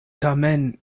tamen